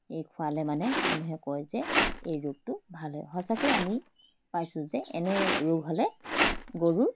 এই খুৱালে মানে মানুহে কয় যে এই ৰোগটো ভাল হয় সঁচাকৈ আমি পাইছোঁ যে এনে ৰোগ হ'লে গৰুৰ